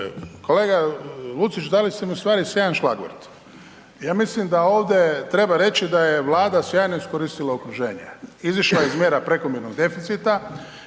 Kolega Lucić dali ste mi u stvari .../Govornik se ne razumije./…. Ja mislim da ovdje treba reći da je Vlada sjajno iskoristila okruženje, izišla je iz mjera prekomjernog deficita,